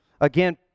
Again